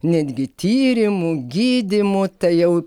netgi tyrimų gydymų tai jau